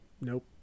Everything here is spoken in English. nope